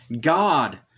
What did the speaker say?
God